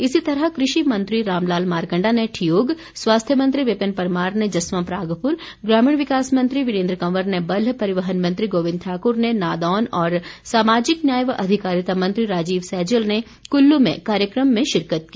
इसी तरह कृषि मंत्री रामलाल मारकंडा ने ठियोग स्वास्थ्य मंत्री विपिन परमार ने जसवां परागपुर ग्रामीण विकास मंत्री वीरेन्द्र कंवर ने बल्ह परिवहन मंत्री गोबिंद ठाकुर ने नादौन और सामाजिक न्याय व अधिकारिता मंत्री राजीव सैजल ने कुल्लू में कार्यक्रम में शिरकत की